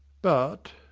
but